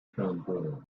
tranquil